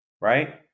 Right